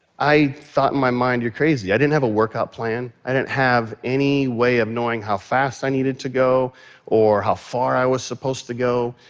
i thought in my mind, you're crazy. i didn't have a workout plan. i didn't have any way of knowing how fast i needed to go or how far i was supposed to go.